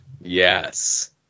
yes